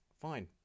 fine